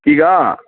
ಈಗ